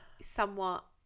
somewhat